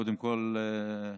קודם כול,